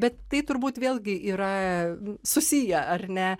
bet tai turbūt vėlgi yra susiję ar ne